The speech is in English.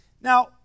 now